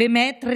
באמת?